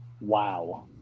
Wow